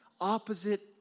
opposite